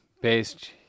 based